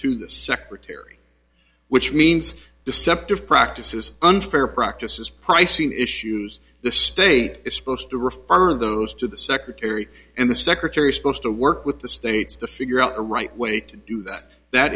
to the secretary which means deceptive practices unfair practices pricing issues the state is supposed to refer those to the secretary and the secretary supposed to work with the states to figure out the right way to do that that